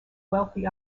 wealthy